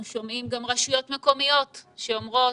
אנחנו שומעים גם רשויות מקומיות שאומרות: